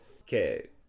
Okay